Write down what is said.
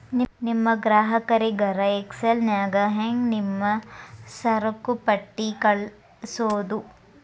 ನಿಮ್ ಗ್ರಾಹಕರಿಗರ ಎಕ್ಸೆಲ್ ನ್ಯಾಗ ಹೆಂಗ್ ನಿಮ್ಮ ಸರಕುಪಟ್ಟಿ ಕಳ್ಸೋದು?